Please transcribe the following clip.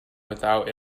without